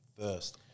first